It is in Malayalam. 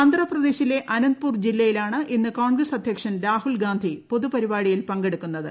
ആന്ധ്രാപേദശിലെ അനന്ത്പൂർ ജില്ലയിലാണ് ഇന്ന് കോൺഗ്രസ്സ് അധ്യക്ഷൻ രാഹുൽ ഗാന്ധി പൊതു പരിപാടിയിൽ പങ്കെടുക്കുന്ന ത്